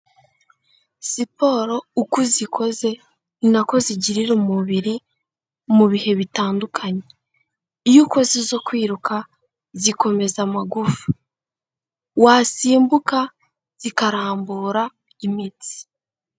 Siporo uko uzikoze ni nako zigirira umubiri mu bihe bitandukanye, iyo ukoze izo kwiruka zikomeza amagufa, wasimbuka zikarambura imitsi.